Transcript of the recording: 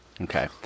okay